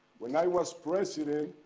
when i was president,